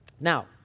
Now